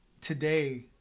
today